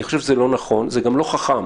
אני חושב שזה לא נכון וגם לא חכם.